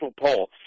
poll